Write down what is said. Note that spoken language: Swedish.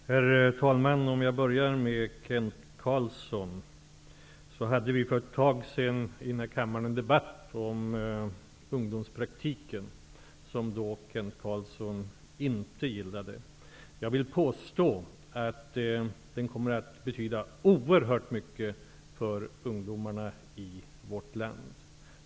Herr talman! Jag skall börja med att svara Kent Carlsson. Vi hade för ett tag sedan i den här kammaren en debatt om ungdomspraktiken, som Kent Carlsson inte gillar. Jag vill påstå att den kommer att betyda oerhört mycket för ungdomarna i vårt land.